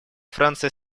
франция